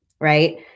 Right